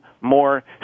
more